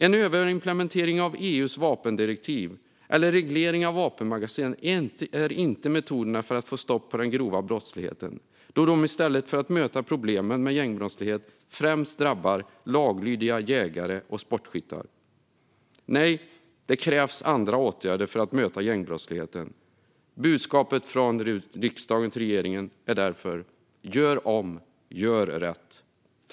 En överimplementering av EU:s vapendirektiv eller reglering av vapenmagasin är inte metoderna för att få stopp på den grova brottsligheten eftersom de i stället för att möta problemet med gängbrottslighet främst drabbar laglydiga jägare och sportskyttar. Det krävs andra åtgärder för att möta gängbrottsligheten. Budskapet från riksdagen till regeringen är därför: Gör om, gör rätt!